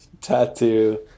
tattoo